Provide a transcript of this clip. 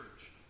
Church